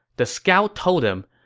the scout told him,